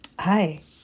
Hi